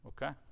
Okay